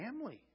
family